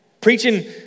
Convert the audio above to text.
Preaching